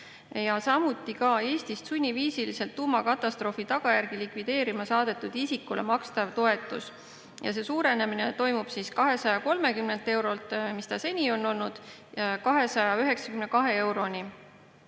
samuti Eestist sunniviisiliselt tuumakatastroofi tagajärgi likvideerima saadetud isikule makstav toetus. See suurenemine toimub 230 eurolt, mis ta seni on olnud, 292 euroni.